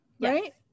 right